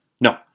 No